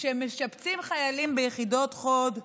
כשמשבצים חיילים ביחידות חוד,